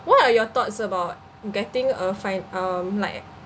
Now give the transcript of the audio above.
what are your thoughts about getting a fin~ um like